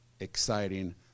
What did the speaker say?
exciting